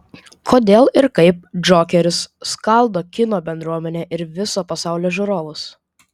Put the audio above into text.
kodėl ir kaip džokeris skaldo kino bendruomenę ir viso pasaulio žiūrovus